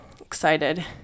excited